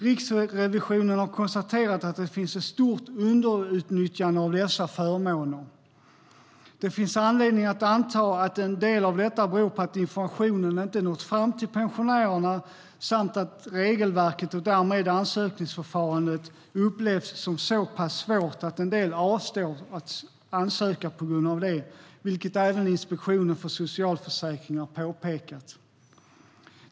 Riksrevisionen har konstaterat att det finns ett stort underutnyttjande av dessa förmåner. Det finns anledning att anta att en del av detta beror på att informationen inte nått fram till pensionärerna samt på att regelverket - och därmed ansökningsförfarandet - upplevs som så pass svårt att en del avstår att ansöka på grund av det, vilket även Inspektionen för socialförsäkringar påpekat.